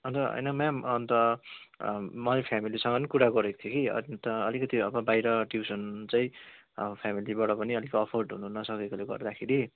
अन्त होइन म्याम अन्त मैले फेमिलिसँग नि कुरा गरेको थिएँ कि अन्त अलिकति अब बाहिर ट्युसन चाहिँ फेमिलिबाट पनि अफोर्ड हुनु नसकेकोले गर्दाखेरि